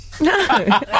No